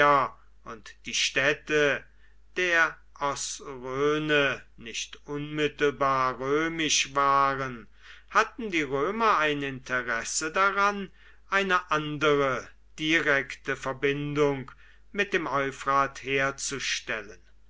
und die städte der osrhoene nicht unmittelbar römisch waren hatten die römer ein interesse daran eine andere direkte verbindung mit dem euphrat herzustellen